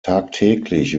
tagtäglich